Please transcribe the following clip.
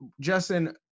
Justin